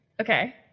Okay